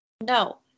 No